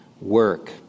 Work